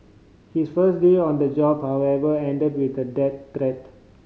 his first day on the job however ended with a death threat